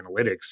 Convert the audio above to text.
analytics